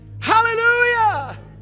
Hallelujah